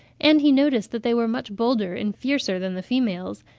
and he noticed that they were much bolder and fiercer than the females,